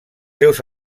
seus